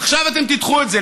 עכשיו אתם תדחו את זה.